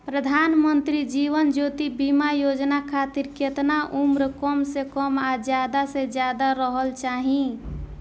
प्रधानमंत्री जीवन ज्योती बीमा योजना खातिर केतना उम्र कम से कम आ ज्यादा से ज्यादा रहल चाहि?